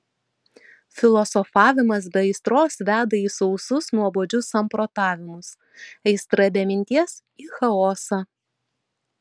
filosofavimas be aistros veda į sausus nuobodžius samprotavimus aistra be minties į chaosą